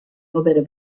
opere